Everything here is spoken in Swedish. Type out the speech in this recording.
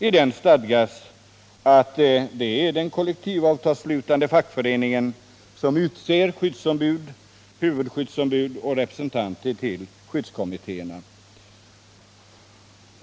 I den stadgas att det är den kollektivavtalsslutande fackföreningen som utser skyddsombud, huvudskyddsombud och representanter till skyddskommittéerna.